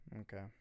Okay